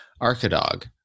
Arkadog